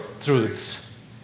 truths